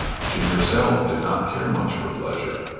she herself did not care much for pleasure.